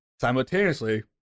simultaneously